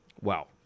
Wow